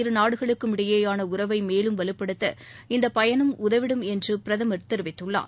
இரு நாடுகளுக்கும் இடையேயான உறவை மேலும் வலுப்படுத்த இந்த பயணம் உதவிடும் என்று பிரதமர் தெரிவித்துள்ளார்